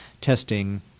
testing